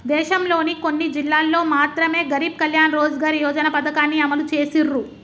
దేశంలోని కొన్ని జిల్లాల్లో మాత్రమె గరీబ్ కళ్యాణ్ రోజ్గార్ యోజన పథకాన్ని అమలు చేసిర్రు